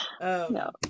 no